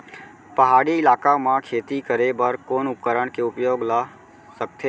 पहाड़ी इलाका म खेती करें बर कोन उपकरण के उपयोग ल सकथे?